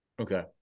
Okay